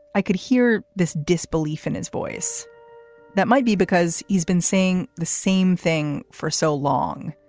i could hear this disbelief in its voice that might be because he's been saying the same thing for so long.